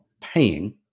paying